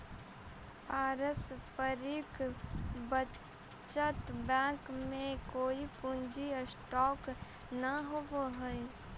पारस्परिक बचत बैंक में कोई पूंजी स्टॉक न होवऽ हई